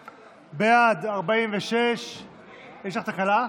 בעד, 46. יש לך תקלה?